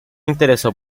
interesó